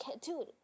dude